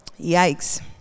Yikes